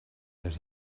that